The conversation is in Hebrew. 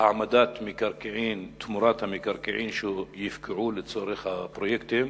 העמדת מקרקעין תמורת המקרקעין שיופקעו לצורך הפרויקטים